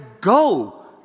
go